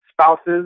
spouses